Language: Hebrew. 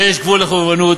יש גבול לחובבנות,